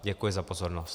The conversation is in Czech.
Děkuji za pozornost.